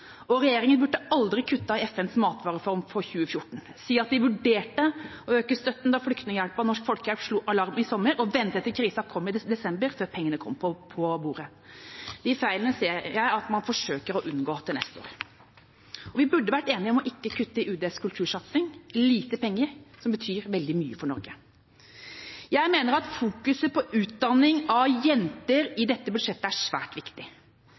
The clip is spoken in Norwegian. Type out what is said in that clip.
burde aldri kuttet i FNs matvarefond for 2014, si at de vurderte å øke støtten da Flyktninghjelpen og Norsk Folkehjelp slo alarm i sommer, men ventet til krisen kom i desember, før pengene kom på bordet. De feilene ser jeg at man forsøker å unngå til neste år. Og vi burde vært enige om ikke å kutte i UDs kultursatsing. Det er lite penger som betyr veldig mye for Norge. Jeg mener fokuset på utdanning av jenter i dette budsjettet er svært viktig.